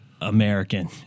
American